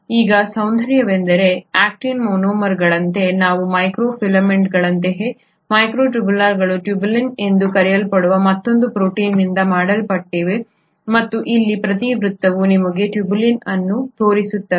ಈಗ ಸೌಂದರ್ಯವೆಂದರೆ ಆಕ್ಟಿನ್ ಮೊನೊಮರ್ಗಳಂತೆಯೇ ಮೈಕ್ರೋಫಿಲಮೆಂಟ್ಗಳಂತೆಯೇ ಮೈಕ್ರೊಟ್ಯೂಬ್ಯೂಲ್ಗಳು ಟ್ಯೂಬುಲಿನ್ ಎಂದು ಕರೆಯಲ್ಪಡುವ ಮತ್ತೊಂದು ಪ್ರೋಟೀನ್ನಿಂದ ಮಾಡಲ್ಪಟ್ಟಿದೆ ಮತ್ತು ಇಲ್ಲಿ ಪ್ರತಿ ವೃತ್ತವು ನಿಮಗೆ ಟ್ಯೂಬುಲಿನ್ ಅನ್ನು ತೋರಿಸುತ್ತದೆ